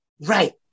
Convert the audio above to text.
Right